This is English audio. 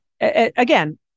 again